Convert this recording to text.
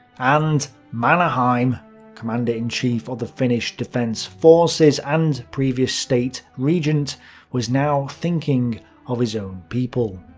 and mannerheim commander-in-chief of the finnish defense forces, and previous state regent was now thinking of his own people.